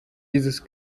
dieses